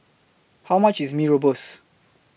How much IS Mee Rebus